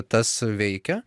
tas veikia